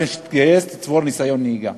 לפני שתתגייס תצבור ניסיון נהיגה.